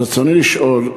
ברצוני לשאול: